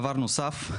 דבר נוסף,